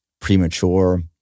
premature